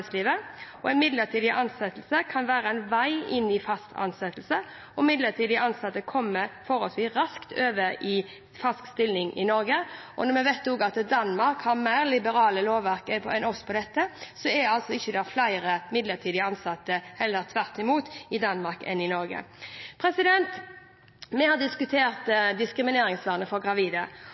midlertidig ansettelse kan være en vei til fast ansettelse, og midlertidig ansatte kommer forholdsvis raskt over i fast stilling i Norge. Vi vet også at Danmark har et mer liberalt lovverk enn oss på dette felt, men det er ikke flere midlertidig ansatte i Danmark enn i Norge – heller tvert imot. Vi har diskutert diskrimineringsvernet for gravide,